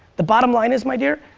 the bottom line is, my dear,